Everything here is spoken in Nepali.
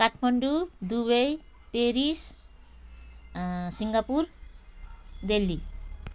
Kathmandu Dubai Paris Singapore Delhi